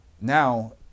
now